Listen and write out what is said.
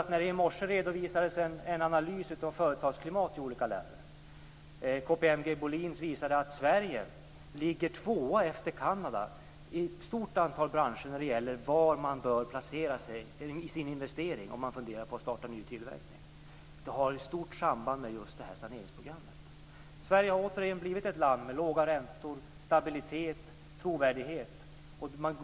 I morse redovisades en analys av företagsklimat i olika länder. KPMG Bohlins visade att Sverige ligger tvåa efter Kanada i ett stort antal branscher när det gäller var man bör placera sin investering om man funderar på att starta ny tillverkning. Det har ett starkt samband med saneringsprogrammet. Sverige har återigen blivit ett land med låga räntor, stabilitet och trovärdighet.